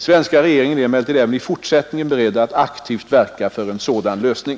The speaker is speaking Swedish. Svenska regeringen är emellertid även i fortsättningen beredd att aktivt verka för en sådan lösning.